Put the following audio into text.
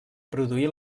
produir